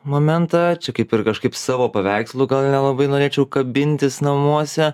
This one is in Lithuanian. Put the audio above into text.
momentą čia kaip ir kažkaip savo paveikslų gal nelabai norėčiau kabintis namuose